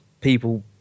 people